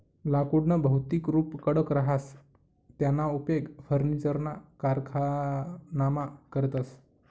लाकुडनं भौतिक रुप कडक रहास त्याना उपेग फर्निचरना कारखानामा करतस